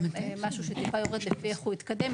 זה משהו שטיפה יורד לפי איך הוא התקדם.